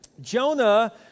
Jonah